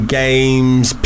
games